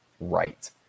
right